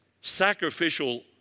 sacrificial